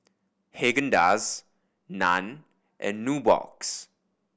Haagen Dazs Nan and Nubox